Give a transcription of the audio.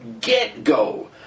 get-go